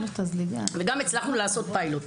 וגם הצלחנו לעשות פיילוט.